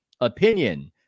opinion